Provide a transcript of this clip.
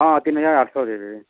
ହଁ ତିନ୍ ହଜାର୍ ଆଠ ଶହ ଦେବେ